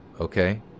Okay